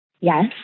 Yes